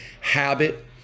habit